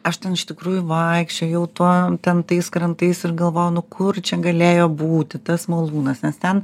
aš ten iš tikrųjų vaikščiojau tuo ten tais krantais ir galvojau nu kur čia galėjo būti tas malūnas nes ten